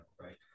right